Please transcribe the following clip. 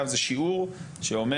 חסל את מדינת ישראל.